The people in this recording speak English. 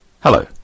Hello